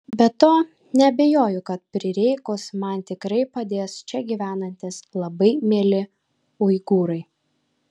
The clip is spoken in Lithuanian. be to neabejoju kad prireikus man tikrai padės čia gyvenantys labai mieli uigūrai